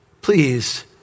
please